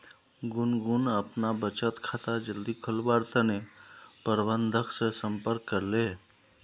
गुनगुन अपना बचत खाता जल्दी खोलवार तने प्रबंधक से संपर्क करले